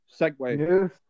segue